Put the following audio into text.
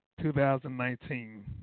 2019